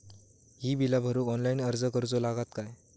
ही बीला भरूक ऑनलाइन अर्ज करूचो लागत काय?